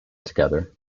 together